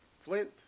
Flint